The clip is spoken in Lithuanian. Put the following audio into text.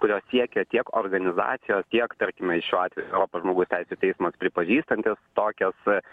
kurio siekia tiek organizacijos tiek tarkime šiuo atveju europos žmogaus teisių teismo pripažįstantis tokias